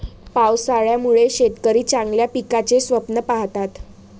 पावसाळ्यामुळे शेतकरी चांगल्या पिकाचे स्वप्न पाहतात